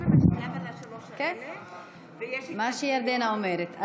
מה שירדנה אומרת.